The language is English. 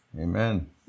Amen